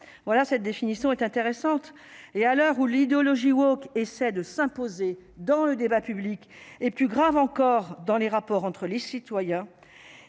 voilà, cette définition est intéressante et à l'heure où l'idéologie Walk essaient de s'imposer dans le débat public et, plus grave encore, dans les rapports entre les citoyens,